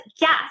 yes